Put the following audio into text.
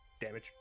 damage